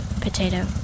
potato